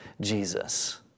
Jesus